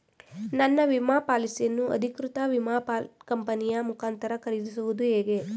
ನನ್ನ ವಿಮಾ ಪಾಲಿಸಿಯನ್ನು ಅಧಿಕೃತ ವಿಮಾ ಕಂಪನಿಯ ಮುಖಾಂತರ ಖರೀದಿಸುವುದು ಹೇಗೆ?